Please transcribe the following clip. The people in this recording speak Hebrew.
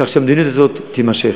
כך שהמדיניות הזאת תימשך.